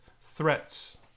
threats